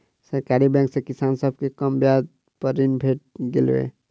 सरकारी बैंक सॅ किसान सभ के कम ब्याज पर ऋण भेट गेलै